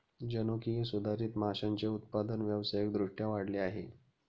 जनुकीय सुधारित माशांचे उत्पादन व्यावसायिक दृष्ट्या वाढले आहे